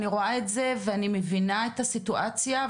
ואני מבינה את הסיטואציה,